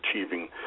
achieving